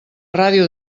ràdio